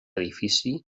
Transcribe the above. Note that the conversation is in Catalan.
edifici